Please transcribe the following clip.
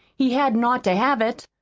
he hadn't ought to have it.